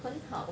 很好